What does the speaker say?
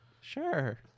Sure